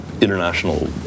international